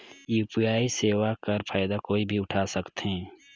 UPI सेवा कर फायदा कोई भी उठा सकथे?